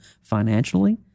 financially